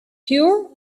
pure